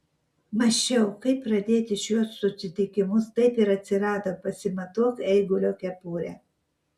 mąsčiau kaip pradėti šiuos susitikimus taip ir atsirado pasimatuok eigulio kepurę